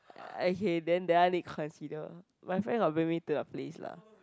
okay then that one need consider my friend got bring me to that place lah